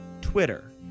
Twitter